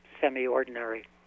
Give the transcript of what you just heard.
semi-ordinary